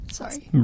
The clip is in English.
Sorry